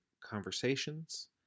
conversations